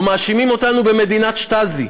או מאשימים אותנו במדינת שטאזי,